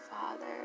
Father